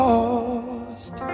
Lost